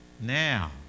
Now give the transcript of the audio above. Now